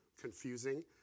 confusing